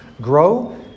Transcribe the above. grow